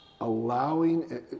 allowing